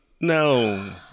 No